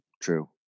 true